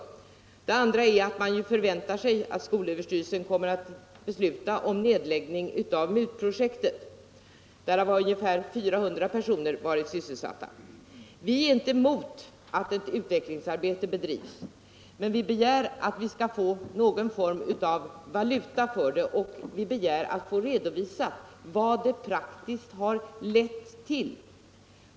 Det andra utvecklingsarbetet är MUT-projektet, och där förväntar man sig att skolöverstyrelsen kommer att besluta om nedläggning. I detta projekt har ungefär 400 personer varit sysselsatta. Vi är inte emot att ett utvecklingsarbete bedrivs, men vi begär att vi skall få någon form av valuta för det och vi begär att få redovisat vad det praktiskt har lett till.